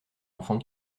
enfant